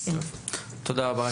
תודה רבה.